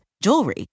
jewelry